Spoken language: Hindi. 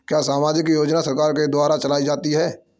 क्या सामाजिक योजनाएँ सरकार के द्वारा चलाई जाती हैं?